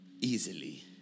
easily